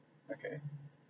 okay